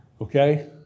Okay